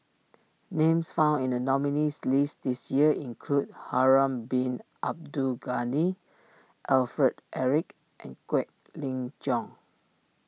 names found in the nominees' list this year include Harun Bin Abdul Ghani Alfred Eric and Quek Ling Jiong